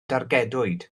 dargedwyd